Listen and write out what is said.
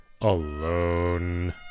alone